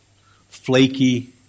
flaky